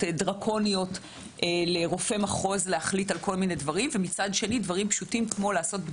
דרקוניות לרופא מחוז להחליט על כל מיני דברים אבל אי אפשר מכוחה לעשות,